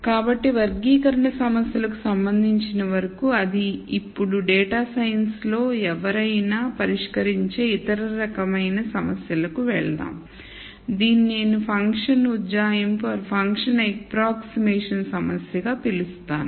కాబట్టి వర్గీకరణ సమస్యలకు సంబంధించినంత వరకు అది ఇప్పుడు డేటా సైన్స్ లో ఎవరైనా న పరిష్కరించే ఇతర రకమైన సమస్యకు వెళ్దాం దీనిని నేను ఫంక్షన్ ఉజ్జాయింపు సమస్యగా పిలుస్తాను